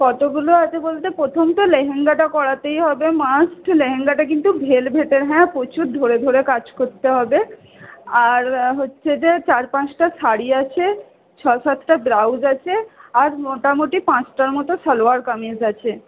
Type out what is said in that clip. কতগুলো আছে বলতে গেলে প্রথমতো লেহেঙ্গাটা করাতেই হবে মাস্ট লেহেঙ্গাটা কিন্তু ভেলভেটের হ্যাঁ প্রচুর ধরে ধরে কাজ করতে হবে আর হচ্ছে যে চার পাঁচটা শাড়ি আছে ছয় সাতটা ব্লাউজ আছে আর মোটামুটি পাঁচটার মত সালোয়ার কামিজ আছে